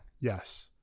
Yes